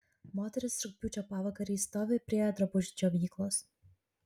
moteris rugpjūčio pavakarį stovi prie drabužių džiovyklos